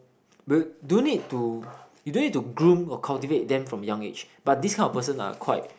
will you do you need to you don't need to groom or cultivate them from young age but this kind of person are quite